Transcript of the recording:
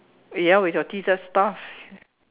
ya with your teeth that's tough